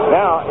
now